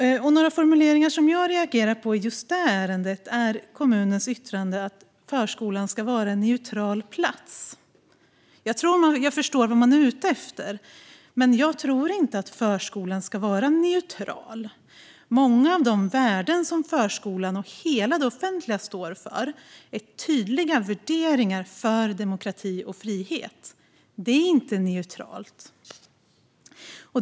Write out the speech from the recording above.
Några formuleringar som jag reagerar på i just detta ärende är kommunens yttrande om att förskolan ska vara en neutral plats. Jag tror att jag förstår vad man är ute efter. Men jag tror inte att förskolan ska vara neutral. Många av de värden som förskolan och hela det offentliga står för är tydliga värderingar för demokrati och frihet. Det är inte neutralt.